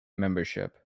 membership